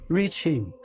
reaching